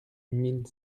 mille